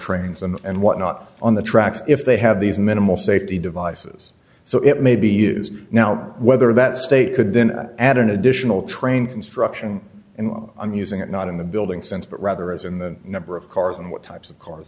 trains and whatnot on the tracks if they have these minimal safety devices so it may be used now whether that state could then add an additional train construction and i'm using it not in the building sense but rather as in the number of cars and what types of cars